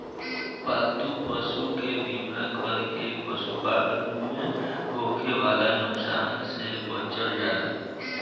पालतू पशु के बीमा कर के पशुपालन में होखे वाला नुकसान से बचल जाला